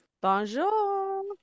Bonjour